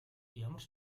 ямар